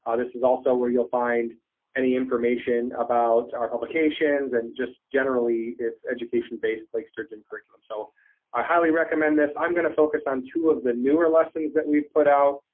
ah this is also where you'll find any information about our publications, and just generally, it's education-based lake sturgeon curriculum. so i highly recommend this. i'm gonna focus on two of the newer lessons that we've put out.